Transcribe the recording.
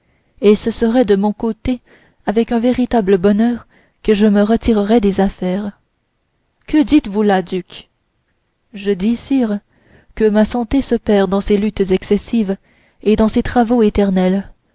et ce serait de mon côté avec un véritable bonheur que je me retirerais des affaires que dites-vous là duc je dis sire que ma santé se perd dans ces luttes excessives et dans ces travaux éternels